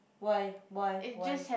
why why why